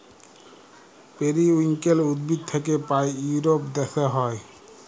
periwinkle উদ্ভিদ থাক্যে পায় ইউরোপ দ্যাশে হ্যয়